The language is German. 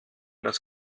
das